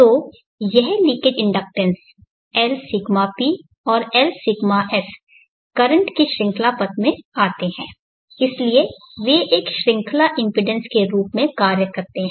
तो यह leakage inductance Lσp और Lσs करंट के श्रृंखला पथ में आते हैं और इसलिए वे एक श्रृंखला इम्पीडेन्स के रूप में कार्य करते हैं